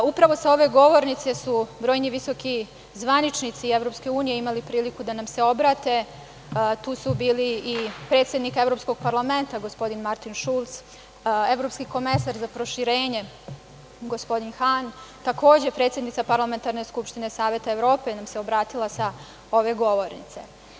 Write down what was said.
Upravo sa ove govornice su brojni visoki zvaničnici EU imali priliku da nam se obrate, tu su bili i predsednik Evropskog parlamenta gospodin Martin Šulc, evropski komesar za proširenje gospodin Han, takođe predsednica Parlamentarne skupštine Saveta Evrope nam se obratila sa ove govornice.